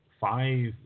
five